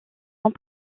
ans